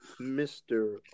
Mr